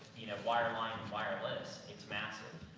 you know, wire line, and wireless, it's massive.